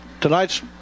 Tonight's